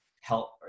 help